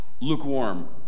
lukewarm